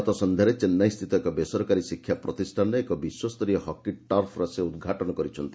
ଗତସନ୍ଧ୍ୟାରେ ଚେନ୍ନାଇସ୍ଥିତ ଏକ ବେସରକାରୀ ଶିକ୍ଷା ପ୍ରତିଷ୍ଠାନରେ ଏକ ବିଶ୍ୱସ୍ତରୀୟ ହକି ଟର୍ଫର ସେ ଉଦ୍ଘାଟନ କରିଛନ୍ତି